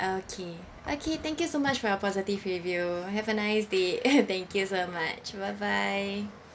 okay okay thank you so much for your positive review have a nice day thank you so much bye bye